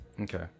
Okay